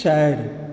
चारि